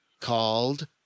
called